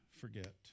forget